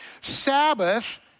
Sabbath